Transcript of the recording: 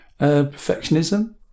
Perfectionism